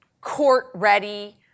court-ready